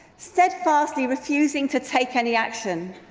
steadfastly refusing to take any action.